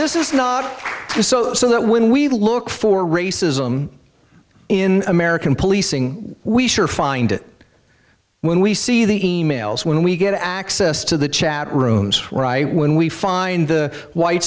this is not true so that when we look for racism in american policing we sure find it when we see the e mails when we get access to the chat rooms where i when we find the white